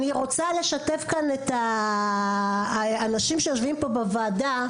אני רוצה לשתף את האנשים שיושבים פה בוועדה,